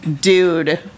dude